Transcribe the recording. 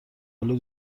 آلو